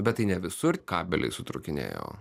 bet tai ne visur kabeliai sutrūkinėjo